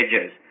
edges